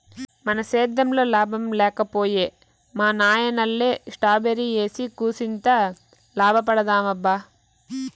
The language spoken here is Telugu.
మన సేద్దెంలో లాభం లేక పోయే మా నాయనల్లె స్ట్రాబెర్రీ ఏసి కూసింత లాభపడదామబ్బా